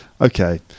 Okay